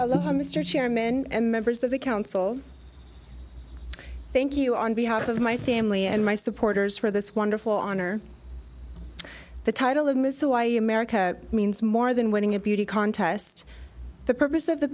mr chairman and members of the council thank you on behalf of my family and my supporters for this wonderful honor the title of miss why america means more than winning a beauty contest the purpose of the